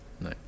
no